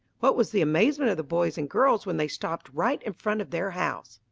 what was the amazement of the boys and girls when they stopped right in front of their house!